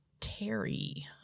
Terry